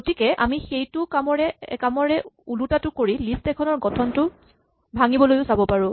গতিকে আমি সেইটো কামৰে ওলোটাটো কৰি লিষ্ট এখনৰ গঠনটো ভাঙিবলৈও চাব পাৰো